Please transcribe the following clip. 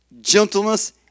gentleness